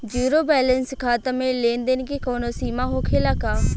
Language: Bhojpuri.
जीरो बैलेंस खाता में लेन देन के कवनो सीमा होखे ला का?